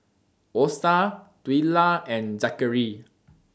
Osa Twila and Zackary